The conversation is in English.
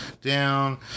down